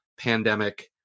pandemic